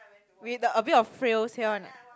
with the a bit of frills here one ah